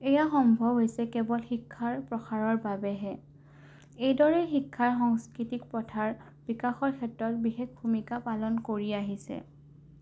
এইয়া সম্ভৱ হৈছে কেৱল শিক্ষাৰ প্ৰসাৰৰ বাবেহে এইদৰে শিক্ষাৰ সংস্কৃতিক পথাৰ বিকাশৰ ক্ষেত্ৰত বিশেষ ভূমিকা পালন কৰি আহিছে